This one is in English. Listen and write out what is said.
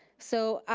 so,